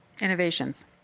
Innovations